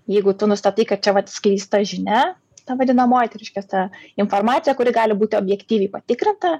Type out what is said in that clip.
jeigu tu nustatai kad čia vat skleista žinia ta vadinamoji tai reiškias ta informacija kuri gali būti objektyviai patikrinta